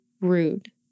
rude